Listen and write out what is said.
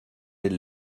elle